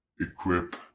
equip